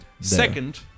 Second